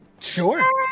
Sure